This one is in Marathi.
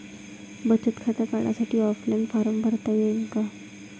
बचत खातं काढासाठी ऑफलाईन फारम भरता येईन का?